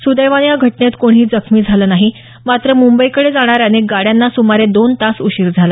सुदैवानं या घटनेत कोणीही जखमी झालं नाही मात्र मुंबईकडे जाणाऱ्या अनेक गाड्यांना सुमारे दोन तास उशीर झाला